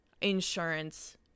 insurance